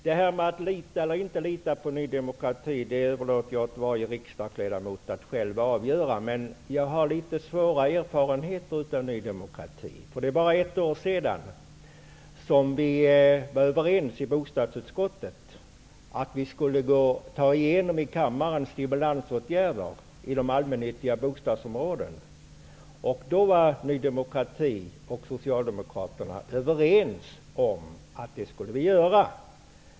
Om man skall lita eller inte lita på Ny demokrati överlåter jag åt varje riksdagsledamot att själv avgöra. Jag har dock litet dåliga erfarenheter av Ny demokrati. För bara ett år sedan var vi överens i bostadsutskottet om att vi i kammaren skulle driva igenom stimulansåtgärder i de allmännyttiga bostadsområdena. Ny demokrati och Socialdemokraterna var då överens om att vi skulle göra det.